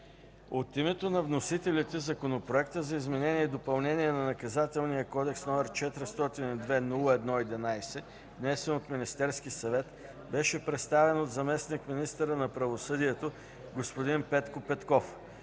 От името на вносителите Законопроектът за изменение и допълнение на Наказателния кодекс, № 402-01-11, внесен от Министерския съвет, беше представен от заместник-министъра на правосъдието господин Петко Петков.